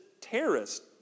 terrorist